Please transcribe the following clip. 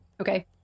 Okay